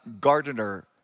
gardener